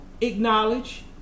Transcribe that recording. acknowledge